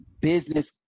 business